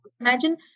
Imagine